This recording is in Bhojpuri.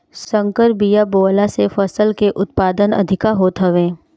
संकर बिया बोअला से फसल के उत्पादन अधिका होत हवे